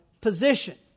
position